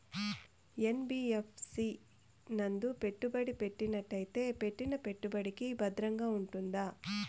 NBFC నందు పెట్టుబడి పెట్టినట్టయితే పెట్టిన పెట్టుబడికి భద్రంగా ఉంటుందా?